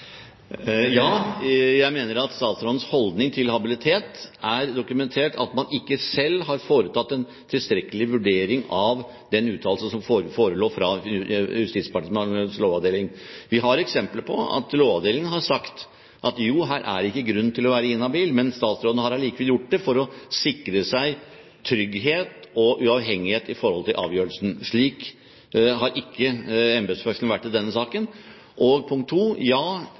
statsrådens holdning til habilitet er dokumentert ved at man ikke selv har foretatt en tilstrekkelig vurdering av den uttalelse som forelå fra Justisdepartementets lovavdeling. Vi har eksempler på at Lovavdelingen har sagt at jo, her er det ikke grunn til å være inhabil, men statsråden har allikevel gjort det for å sikre seg trygghet og uavhengighet i forhold til avgjørelsen. Slik har ikke embetsførselen vært i denne saken. Og punkt to: Ja,